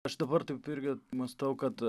aš dabar taip irgi mąstau kad